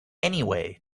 anyway